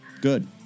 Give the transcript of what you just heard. Good